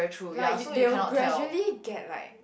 like they will gradually get like